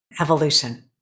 evolution